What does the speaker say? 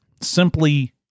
simply